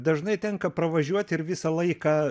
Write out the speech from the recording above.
dažnai tenka pravažiuoti ir visą laiką